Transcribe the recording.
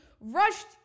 rushed